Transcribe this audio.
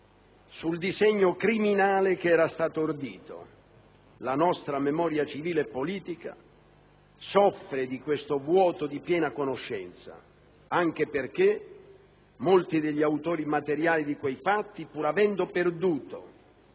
sul disegno criminale che era stato ordito. La nostra memoria civile e politica soffre di questo vuoto di piena conoscenza anche perché molti degli autori materiali di quei fatti, pur avendo perduto